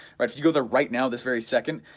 right if you go there right now this very second,